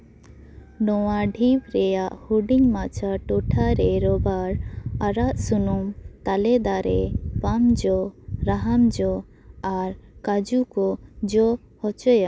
ᱱᱚᱣᱟ ᱰᱷᱤᱯ ᱨᱮᱭᱟᱜ ᱦᱩᱰᱤᱧ ᱢᱟᱪᱷᱟ ᱴᱚᱴᱷᱟ ᱨᱮ ᱨᱚᱵᱟᱨ ᱟᱨᱟᱜ ᱥᱩᱱᱩᱢ ᱛᱟᱞᱮ ᱫᱟᱨᱮ ᱯᱟᱢ ᱡᱚ ᱨᱟᱦᱟᱢ ᱡᱚ ᱟᱨ ᱠᱟᱹᱡᱩ ᱠᱚ ᱡᱚ ᱦᱚᱪᱚᱭᱟ